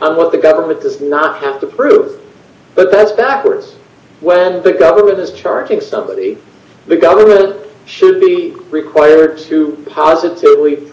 on what the government does not have to prove but that's backwards when the government is charging somebody the government should be rick wired to positively